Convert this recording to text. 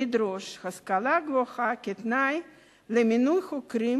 לדרוש השכלה גבוהה כתנאי למינוי חוקרים